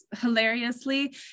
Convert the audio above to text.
hilariously